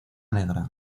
negra